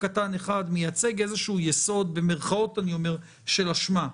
מייצגת איזשהו יסוד של אשמה.